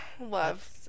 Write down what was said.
love